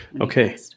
Okay